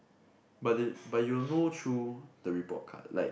but they but you'll know through the report card like